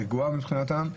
רגועה מבחינתם,